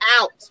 out